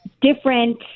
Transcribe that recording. different